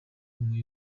amwe